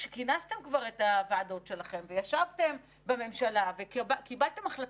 כשכינסתם כבר את הוועדות שלכם וישבתם בממשלה וקיבלתם החלטות,